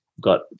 got